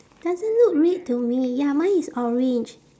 doesn't look red to me ya mine is orange